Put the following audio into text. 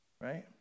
Right